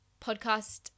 podcast